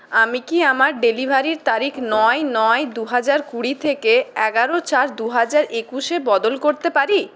আমি কি আমার ডেলিভারির তারিখ নয় নয় দু হাজার কুড়ি থেকে এগারো চার দু হাজার একুশ এ বদল করতে পারি